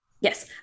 Yes